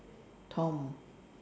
Tom